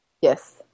Yes